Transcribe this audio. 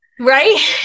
right